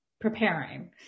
preparing